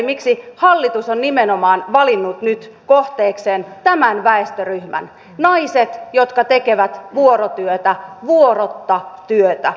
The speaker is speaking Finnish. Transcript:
miksi hallitus on nimenomaan valinnut nyt kohteekseen tämän väestöryhmän naiset jotka tekevät vuorotyötä vuorotta työtä